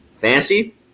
Fancy